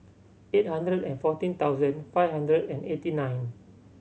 eight hundred and fourteen thousand five hundred and eighty nine